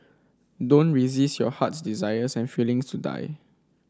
don't resist your heart's desires and feelings to die